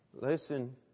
Listen